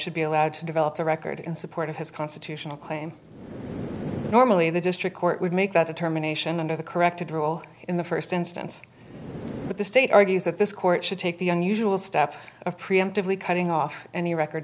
should be allowed to develop the record in support of his constitutional claim normally the district court would make that determination under the corrected rule in the first instance but the state argues that this court should take the unusual step of preemptively cutting off any record